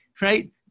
right